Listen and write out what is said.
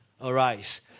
arise